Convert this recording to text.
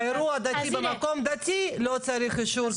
אירוע דתי במקום דתי לא צריך אישור.